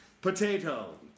Potato